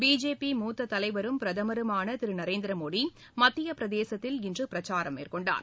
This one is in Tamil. பிஜேபி மூத்த தலைவரும் பிரதமருமான திரு நரேந்திரமோடி மத்திய பிரதேசத்தில் இன்று பிரச்சாரம் மேற்கொண்டார்